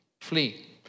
flee